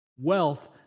Wealth